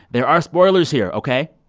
there are spoilers here, ok?